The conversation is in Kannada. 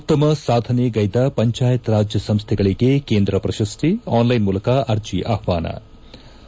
ಉತ್ತಮ ಸಾಧನೆ ಗೈದ ಪಂಚಾಯತ್ ರಾಜ್ ಸಂಸ್ಥೆಗಳಿಗೆ ಕೇಂದ್ರ ಪ್ರಶಸ್ತಿ ಅನ್ಲೈನ್ ಮೂಲಕ ಅರ್ಜಿ ಆಹ್ವಾನ ಳ